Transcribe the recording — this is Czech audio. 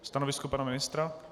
Stanovisko pana ministra?